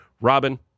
Robin